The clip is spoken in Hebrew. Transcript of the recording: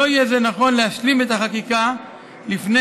לא יהיה זה נכון להשלים את החקיקה לפני